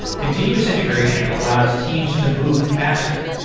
continuous integration allows teams to move faster.